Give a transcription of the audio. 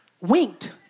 winked